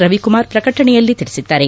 ರವಿಕುಮಾರ್ ಪ್ರಕಟಣೆಯಲ್ಲಿ ತಿಳಿಸಿದ್ದಾರೆ